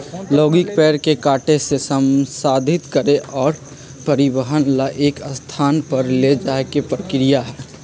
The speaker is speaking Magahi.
लॉगिंग पेड़ के काटे से, संसाधित करे और परिवहन ला एक स्थान पर ले जाये के प्रक्रिया हई